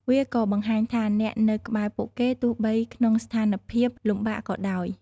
វាក៏បង្ហាញថាអ្នកនៅក្បែរពួកគេ ទោះបីក្នុងស្ថានភាពលំបាកក៏ដោយ។